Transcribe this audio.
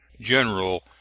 General